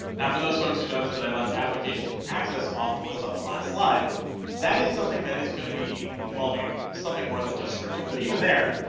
for those folks who notice that i left application access off the list on the last slide that is something that is going to be involving something more than just scripting? but even there.